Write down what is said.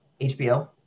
HBO